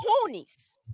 ponies